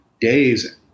days